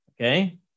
Okay